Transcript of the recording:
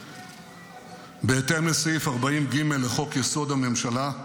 בהתאם לסעיף 40(ג) לחוק-יסוד: הממשלה,